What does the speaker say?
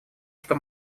что